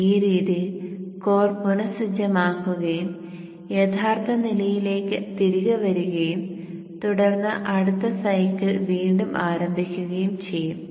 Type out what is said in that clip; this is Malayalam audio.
ഈ രീതിയിൽ കോർ പുനഃസജ്ജമാക്കുകയും യഥാർത്ഥ നിലയിലേക്ക് തിരികെ വരികയും തുടർന്ന് അടുത്ത സൈക്കിൾ വീണ്ടും ആരംഭിക്കുകയും ചെയ്യും